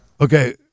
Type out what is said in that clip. Okay